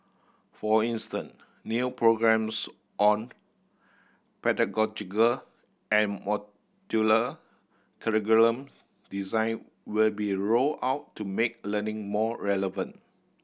for instance new programmes on pedagogical and modular curriculum design will be rolled out to make learning more relevant